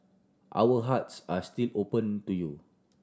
our hearts are still open to you